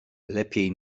lepiej